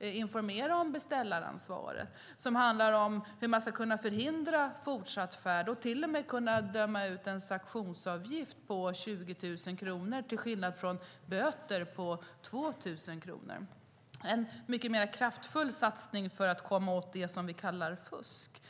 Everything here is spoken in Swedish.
informera om beställaransvaret. Det handlar om hur man ska kunna förhindra fortsatt färd och till och med kunna döma ut en sanktionsavgift på 20 000 kronor, till skillnad från böter på 2 000 kronor. Det är en mycket mer kraftfull satsning för att komma åt det som vi kallar fusk.